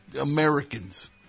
Americans